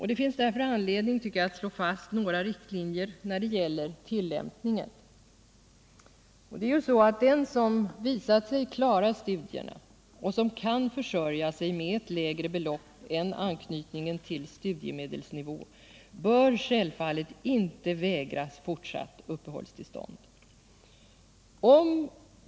Det finns därför anledning att slå fast några riktlinjer när det gäller tillämp Den som visat sig klara studierna och kan försörja sig med ett lägre belopp än anknytningen till studiemedelsnivå bör självfallet inte vägras fortsatt uppehållstillstånd.